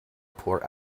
poor